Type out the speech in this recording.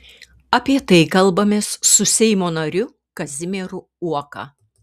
apie tai kalbamės su seimo nariu kazimieru uoka